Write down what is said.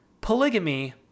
polygamy